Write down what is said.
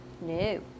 no